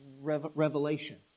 revelation